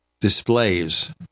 displays